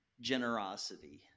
generosity